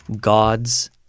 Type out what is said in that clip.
God's